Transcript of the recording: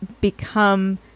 become